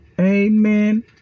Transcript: amen